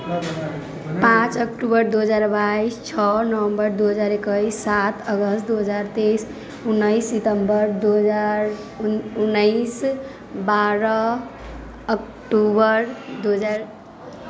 पाँच अक्टूबर दो हजार बाइस छओ नवम्बर दू हजार एकैस सात अगस्त दू हजार तेइस उनैस सितम्बर दू हजार उनैस बारह अक्टूबर दू हजार